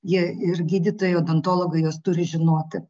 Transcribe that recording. jie ir gydytojai odontologai juos turi žinoti